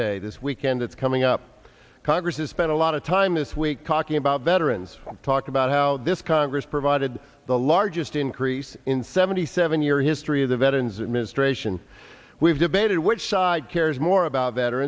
day this weekend that's coming up congress has spent a lot of time this week talking about veterans talk about how this congress provided the largest increase in seventy seven year history of the veterans administration we've debated which side cares more about